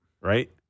Right